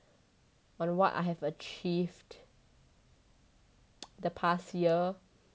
on what I have achieved the past year